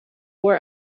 oor